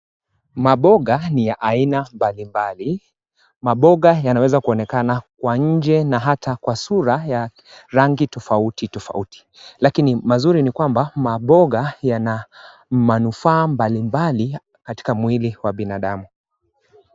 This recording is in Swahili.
Maboga niya aina mbalimbali, maboga yanaweza kuonekana kwa nje na hata kwa sura ya rangi tofautitofauti lakini mazuri ni kwamba maboga yana manufaa mbalimbali katika mwili wa binadamu.